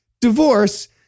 divorce